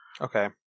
Okay